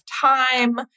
time